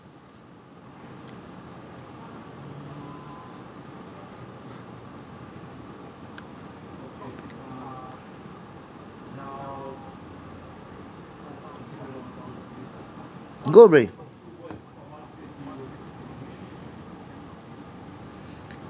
go bro okay